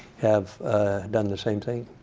have done the same thing.